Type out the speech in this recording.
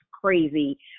crazy